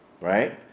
Right